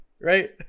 Right